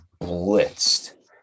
blitzed